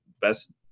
best